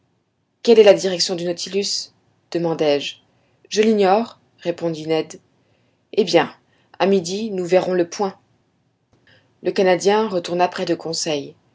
quelle est la direction du nautilus demandai-je je l'ignore répondit ned eh bien à midi nous verrons le point le canadien retourna près de conseil